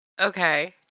okay